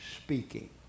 speaking